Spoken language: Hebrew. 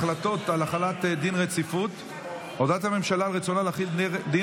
הודעת הממשלה על רצונה להחיל דין